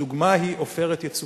הדוגמה היא "עופרת יצוקה".